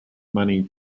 money